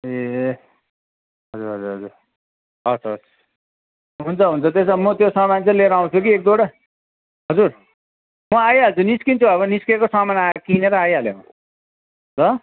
ए हजुर हजुर हजुर हवस् हवस् हुन्छ हुन्छ त्यही त म त्यो सामान चाहिँ लिएर आउँछु की एक दुईवटा हजुर म आइहाल्छु निस्किन्छु अब निस्केको सामानहरू किनेर आइहाले ल